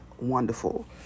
wonderful